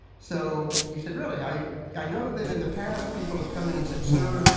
so you said, really, i yeah i know that in the past people have come in and said, sir,